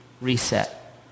reset